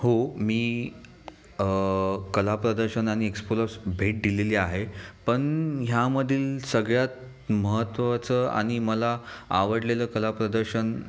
हो मी कलाप्रदर्शन आणि एक्सपोलास भेट दिलेली आहे पण ह्यामधील सगळ्यात महत्त्वाचं आणि मला आवडलेलं कला प्रदर्शन